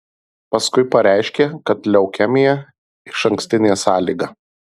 paskui pareiškė kad leukemija išankstinė sąlyga